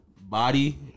body